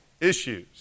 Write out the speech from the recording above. issues